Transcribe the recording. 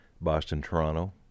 Boston-Toronto